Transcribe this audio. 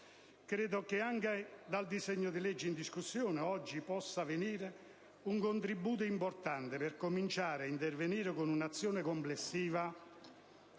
Credo che anche dal disegno di legge oggi in discussione possa venire un contributo importante per cominciare ad intervenire con un'azione complessiva